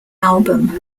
album